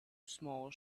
small